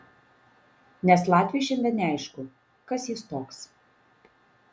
nes latviui šiandien neaišku kas jis toks